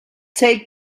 take